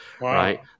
right